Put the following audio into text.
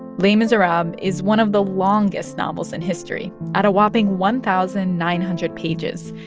les miserables is one of the longest novels in history. at a whopping one thousand nine hundred pages,